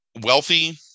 wealthy